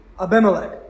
Abimelech